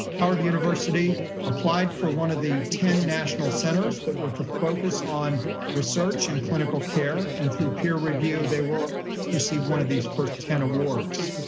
howard university applied for one of the ten national centers that were to focus on research and clinical care and through peer review, they were receiving one of these first ten awards.